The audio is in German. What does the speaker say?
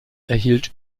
erhielt